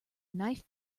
knife